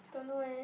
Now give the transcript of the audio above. don't know eh